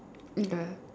ya